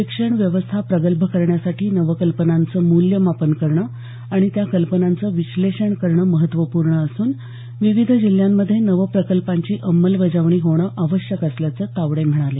शिक्षण व्यवस्था प्रगल्भ करण्यासाठी नवकल्पनांचं मूल्यमापन करणं आणि त्या कल्पनांचं विश्लेषण करणं महत्त्वपूर्ण असून विविध जिल्ह्यांमध्ये नवप्रकल्पांची अंमलबजावणी होणं आवश्यक असल्याचं तावडे म्हणाले